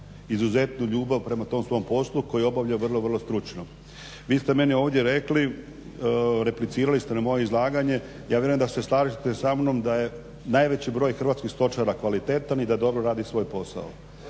izuzetnu ljubav prema tom svom poslu koji obavlja vrlo, vrlo stručno. Vi ste meni ovdje rekli, replicirali ste na moje izlaganje, ja vjerujem da se slažete samnom da je najveći broj hrvatskih stočara kvalitetan i da dobro radi svoj posao.